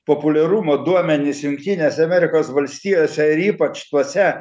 populiarumo duomenis jungtinėse amerikos valstijose ir ypač tuose